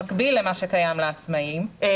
במקביל למה שקיים לשכירים,